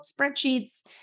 spreadsheets